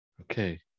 okay